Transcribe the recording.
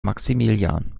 maximilian